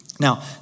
Now